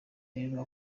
rero